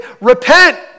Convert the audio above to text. repent